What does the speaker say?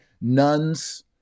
nuns